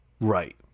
Right